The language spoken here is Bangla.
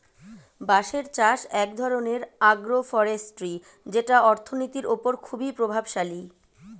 বাঁশের চাষ এক ধরনের আগ্রো ফরেষ্ট্রী যেটা অর্থনীতির ওপর খুবই প্রভাবশালী